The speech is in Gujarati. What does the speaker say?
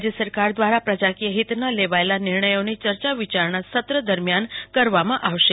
રાજ્ય સરકાર દ્વારા પ્રજાકીય હીતના લેવાયેલ નિર્ણયોની ચર્ચા વિચારણા સત્ર દરમિયાન કરવામાં આવશે